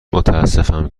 متاسفم